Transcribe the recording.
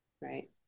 right